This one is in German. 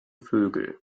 vögel